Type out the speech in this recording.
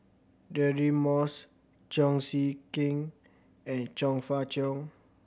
Deirdre Moss Cheong Siew Keong and Chong Fah Cheong